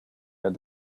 had